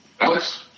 Alex